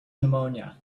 pneumonia